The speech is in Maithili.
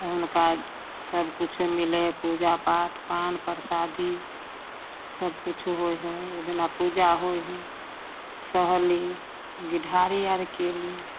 तऽ हुनका सबकिछु मिलै हइ पूजा पाठ पान परसादी सबकिछु होइ हइ ओहिदिन पूजा होइ हइ सहली घीढ़ारी आर कएली